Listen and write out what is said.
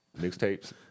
Mixtapes